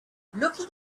looking